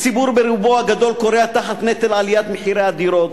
הציבור ברובו הגדול כורע תחת נטל עליית מחירי הדירות,